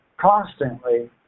constantly